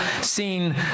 seen